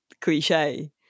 cliche